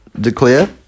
declare